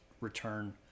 return